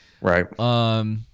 right